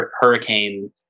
hurricane